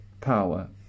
power